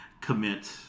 commit